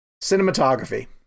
Cinematography